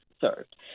served